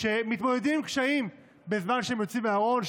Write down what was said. שמתמודדים עם קשיים בזמן שהם יוצאים מהארון,